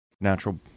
natural